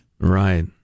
Right